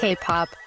K-pop